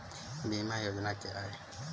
बीमा योजना क्या है?